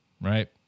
right